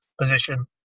position